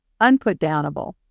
Unputdownable